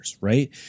right